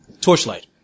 Torchlight